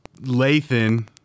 Lathan